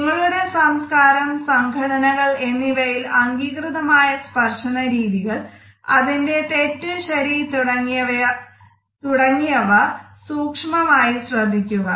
നിങ്ങളുടെ സംസ്കാരം സംഘടനകൾ എന്നിവയിൽ അംഗീകൃതമായ സ്പർശന രീതികൾ അതിന്റെ തെറ്റ് ശരി തുടങ്ങിയവ സൂക്ഷ്മമായി ശ്രദ്ധിക്കുക